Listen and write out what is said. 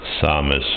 psalmist